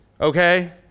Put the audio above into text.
okay